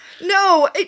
No